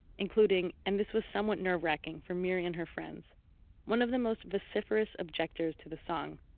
including and this was somewhat nerve-wracking for miri and her friends one of the most vociferous objectors to the song.